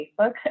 Facebook